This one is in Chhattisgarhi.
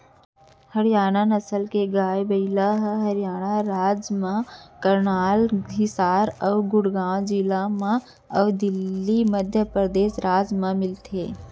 हरियाना नसल के गाय, बइला ह हरियाना राज म करनाल, हिसार अउ गुड़गॉँव जिला म अउ दिल्ली, मध्य परदेस राज म मिलथे